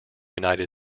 united